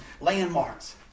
landmarks